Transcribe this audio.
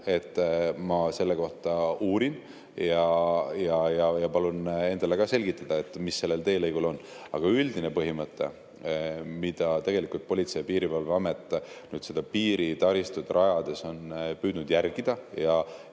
et ma selle kohta uurin ja palun endale ka selgitada, mis sellel teelõigul on. Aga üldine põhimõte, mida tegelikult Politsei‑ ja Piirivalveamet seda piiritaristut rajades on püüdnud järgida –